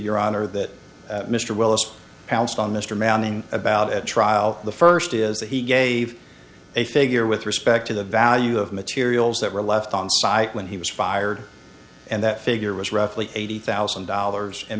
your honor that mr wells pounced on mr manning about at trial the first is that he gave a figure with respect to the value of materials that were left on site when he was fired and that figure was roughly eighty thousand dollars and